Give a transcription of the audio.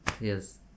Yes